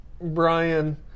Brian